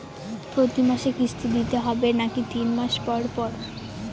প্রতিমাসে কিস্তি দিতে হবে নাকি তিন মাস পর পর?